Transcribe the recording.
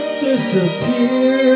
disappear